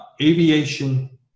aviation